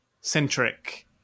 centric